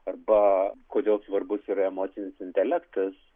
arba kodėl svarbus yra emocinis intelektas